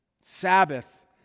Sabbath